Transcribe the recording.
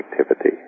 activity